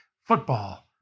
football